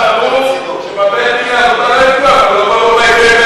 עכשיו ברור שבבית-הדין לעבודה הוא לא יפגע,